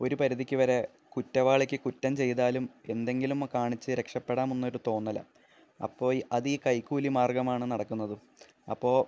ഒരു പരിധിക്ക് വരെ കുറ്റവാളിക്ക് കുറ്റം ചെയ്താലും എന്തെങ്കിലും കാണിച്ച് രക്ഷപ്പെടാമെന്നൊരു തോന്നലാണ് അപ്പോള് അതീ കൈക്കൂലി മാർഗമാണ് നടക്കുന്നത് അപ്പോള്